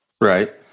Right